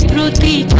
not be